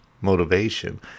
motivation